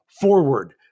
forward